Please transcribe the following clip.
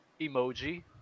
emoji